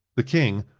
the king,